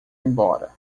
embora